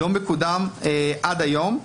הוא לא מקודם עד היום.